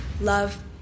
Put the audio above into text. Love